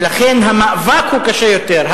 ולכן המאבק הוא קשה יותר,